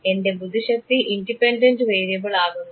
എൻറെ ബുദ്ധിശക്തി independent variable ആകുന്നു